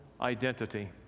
identity